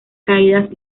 caídas